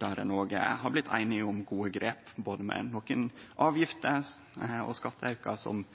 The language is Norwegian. der ein òg har blitt einige om gode grep, med nokre avgifter og skatteaukar som